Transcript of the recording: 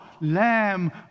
Lamb